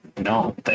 No